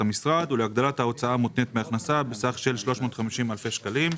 המשרד ולהגדלת ההוצאה המותנית בהכנסה בסך של 350 אלפי שקלים.